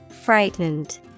Frightened